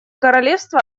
королевства